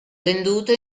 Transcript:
venduto